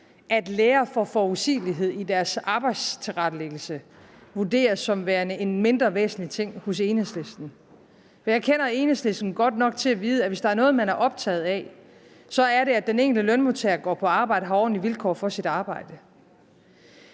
at lærere får forudsigelighed i deres arbejdstilrettelæggelse, vurderes som værende en mindre væsentlig ting af Enhedslisten. Jeg kender Enhedslisten godt nok til at vide, at hvis der er noget, man er optaget af, er det, at den enkelte lønmodtager går på arbejde og har ordentlige vilkår for sit arbejde.